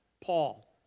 Paul